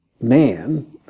man